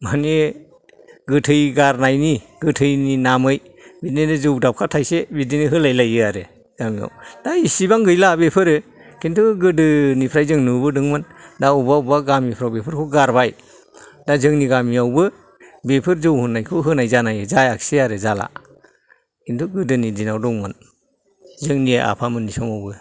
माने गोथै गारनायनि गोथैनि नामैनो बिदिनो जौ दाब्खा थायसे बिदिनो होलाय लायो आरो गामियाव दा एसेबां गैला बेफोरो खिन्थु गोदोनिफ्राय जों नुबोदोंमोन दा अबेबा अबेबा गामिफ्राव बेफोरखौ गारबाय दा जोंनि गामियावबो बेफोर जौ होन्नायखौ होनाय जाला खिन्थु गोदोनि दिनाव दंमोन जोंनि आफा मोननि समावबो